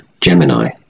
Gemini